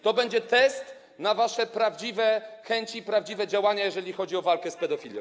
To będzie test sprawdzający wasze prawdziwe chęci i prawdziwe działania, jeżeli chodzi o walkę z pedofilią.